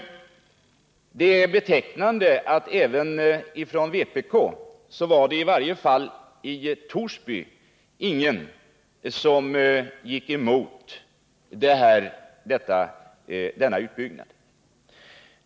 Det är betecknade att det, i varje fall i Torsby, inte heller var någon från vpk som gick emot denna utbyggnad.